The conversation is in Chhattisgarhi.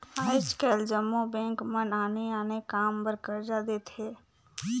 आएज काएल जम्मो बेंक मन आने आने काम बर करजा देथे